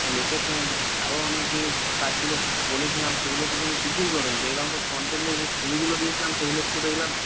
location আরও অনেক যে কাজগুলো বলেছিলাম সেগুলো তো তুমি কিছুই করোনি দেখলাম তো ফ্রন্ট এন্ডের যে ছবিগুলো দিয়েছিলাম সেগুলোর তো দেখলাম